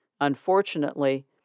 Unfortunately